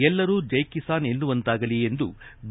ಎಲ್ಲರೂ ಜೈ ಕಿಸಾನ್ ಎನ್ನು ವಂತಾಗಲಿ ಎಂದು ಬಿ